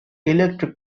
electro